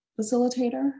facilitator